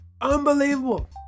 Unbelievable